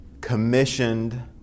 commissioned